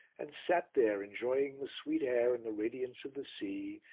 and sat there enjoying the sweet air and the radiance of the sea,